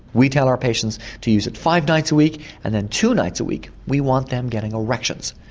we tell our patients to use it five nights a week and then two nights a week, we want them getting erections.